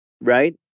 Right